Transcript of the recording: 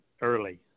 Early